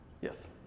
Yes